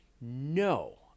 No